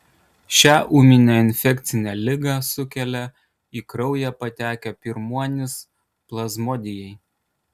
šią ūminę infekcinę ligą sukelia į kraują patekę pirmuonys plazmodijai